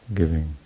giving